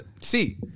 See